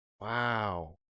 Wow